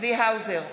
צבי האוזר,